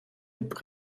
mit